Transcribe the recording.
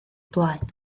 blaen